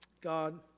God